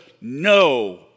no